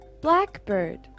Blackbird